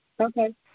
Okay